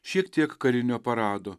šiek tiek karinio parado